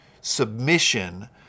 submission